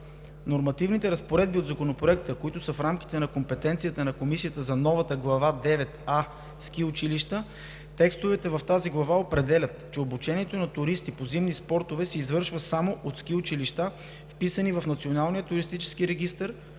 Нормативните разпоредби от Законопроекта, които са в рамките на компетенцията на Комисията, са новата Глава 9а „Ски училища“. Текстовете в тази глава определят, че обучението на туристи по зимни спортове се извършва само от ски училища, вписани в Националния туристически регистър,